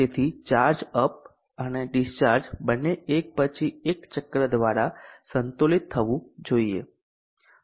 તેથી charge up અને discharge બને એક પછી એક ચક્ર દ્વારા સંતુલિત થવું જોઈએ